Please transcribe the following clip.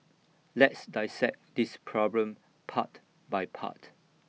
let's dissect this problem part by part